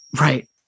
Right